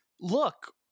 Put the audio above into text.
look-